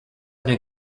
new